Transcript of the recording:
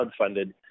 crowdfunded